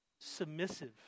submissive